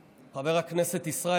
חברת הכנסת אבקסיס, מספיק.